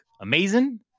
amazing